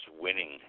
winning